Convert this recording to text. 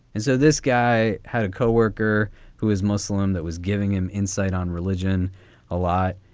and so this guy had a coworker who is muslim that was giving him insight on religion a lot.